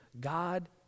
God